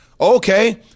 Okay